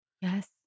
Yes